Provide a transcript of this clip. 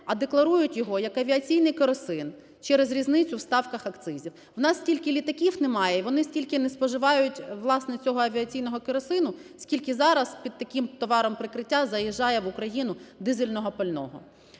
а декларують його як авіаційний керосин через різницю в ставках акцизів. В нас стільки літаків немає, і вони стільки не споживають, власне, цього авіаційного керосину, скільки зараз під таким товаром-прикриття заїжджає в Україну дизельного пального.